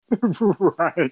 Right